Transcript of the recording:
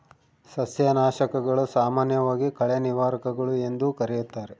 ಸಸ್ಯನಾಶಕಗಳು, ಸಾಮಾನ್ಯವಾಗಿ ಕಳೆ ನಿವಾರಕಗಳು ಎಂದೂ ಕರೆಯುತ್ತಾರೆ